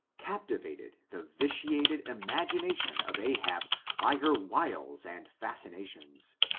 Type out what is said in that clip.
capti vated the vitiated imagination of ahab by her wiles and fascinations,